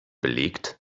belegt